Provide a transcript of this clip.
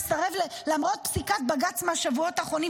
למרות פסיקת בג"ץ מהשבועות האחרונים